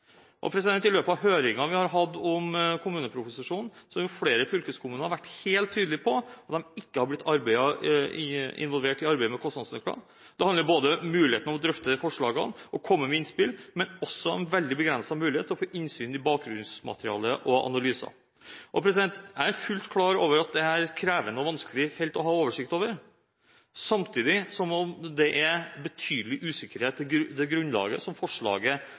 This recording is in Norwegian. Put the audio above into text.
I løpet av høringene vi har hatt om kommuneproposisjonen, har flere fylkeskommuner vært helt tydelige på at de ikke har blitt involvert i arbeidet med kostnadsnøkler. Det handler ikke bare om muligheten til å drøfte forslagene og komme med innspill, men også om at det har vært en veldig begrenset mulighet til å få innsyn i bakgrunnsmaterialet og analysene. Jeg er fullt klar over at dette er et krevende og vanskelig felt å ha oversikt over, samtidig som det er betydelig usikkerhet til det grunnlaget som forslaget